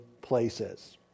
places